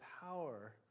power